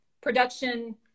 production